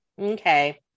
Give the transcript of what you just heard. okay